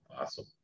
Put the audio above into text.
Awesome